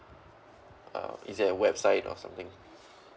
uh is it a website or something